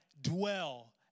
dwell